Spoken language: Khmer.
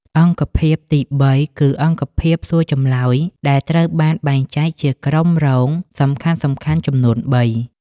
អង្គភាពទី ៣ គឺអង្គភាពសួរចម្លើយ ដែលត្រូវបានបែងចែកជាក្រុមរងសំខាន់ៗចំនួនបី។